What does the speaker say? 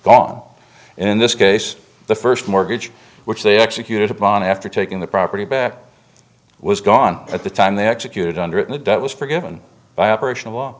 gone in this case the first mortgage which they executed upon after taking the property back was gone at the time they executed under it and that was forgiven by operational law